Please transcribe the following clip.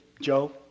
Joe